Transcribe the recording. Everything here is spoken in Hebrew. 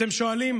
אתם שואלים: